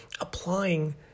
applying